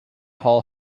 hall